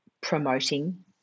promoting